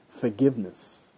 forgiveness